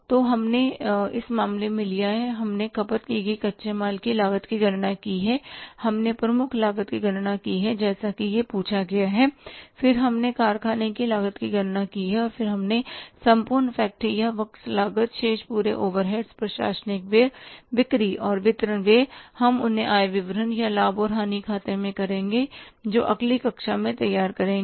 तो हमने इस मामले में लिया है हमने खपत की गई कच्चे माल की लागत की गणना की है हमने प्रमुख लागत की गणना की है जैसा कि यह पूछा गया है और फिर हमने कारखाने की लागत की गणना की है और फिर संपूर्ण फ़ैक्टरी या वर्क्स लागत शेष पूरे हुए ओवरहेड्स प्रशासनिक व्यय बिक्री और वितरण व्यय हम उन्हें आय विवरण या लाभ और हानि खाते में करेंगे जो अगली कक्षा में तैयार करेंगे